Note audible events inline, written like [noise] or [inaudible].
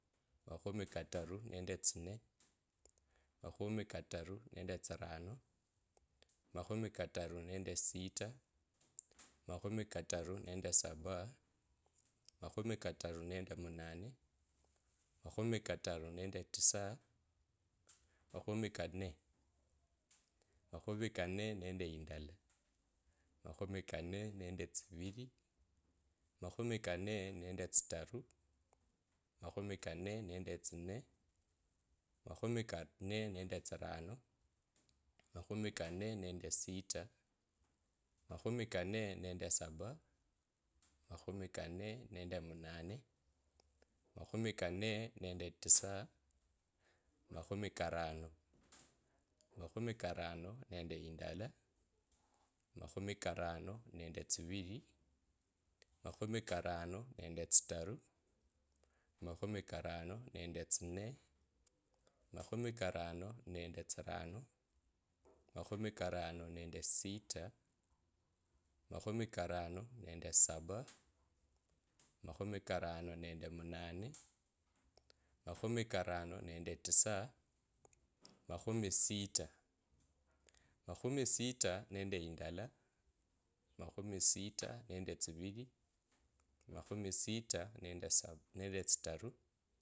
Makhumi kataru nende tsine. makhumi kataru nende tsirano, makhumi kataru nende sita. makhumi kataru nende saba. makhumi kataru nende [hesitation] makhumi kataru nende tisa. makhumi kane. makhumi kane nende indale. makhumi kane nende tsivili. makhumi kane nende tsitaru. makhumi kane nende tsine. makhumi kane nende tsirano. makhumi kane nende sita. makhumi kane nende saba. makhumi kane nende munane. makhumi kane nende tisa. makhumi karano. makhumi karano nende indala makhumi karano nende tsivili. makhumi karano nende tsitaru. makhumi karano nende tsine. makhumi karano nende tsirano. makhumi karano nende sita. makhumi karano nende saba. makhumi karano nende munane. makhumi karano nende tisa. makhumi sita. makhumi sita nende indala makhuisita nende tsivili. makhumi sita nende saba. Tsitaru.